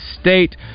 state